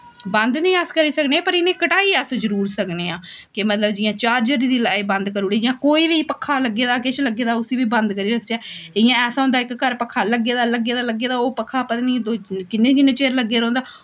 बंद निं अस करी सकने पर उ'नें घटाई अस जरूर सकने आं कि मतलब जियां चार्जरै दी लाईट बंद करी ओड़ी जां कोई पक्खा लग्गे दा किश लग्गे दा उसी बी बंद करियै रखचै इ'यां ऐसा होंदा इक घर पक्खा लग्गे दा लग्गे दा लग्गे दा ओह् पक्खा पता निं किन्न किन्ने चिर लग्गे दा रौंह्दा